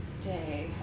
day